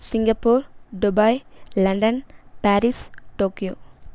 Singapore Dubai London Paris Tokyo